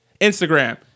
Instagram